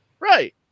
Right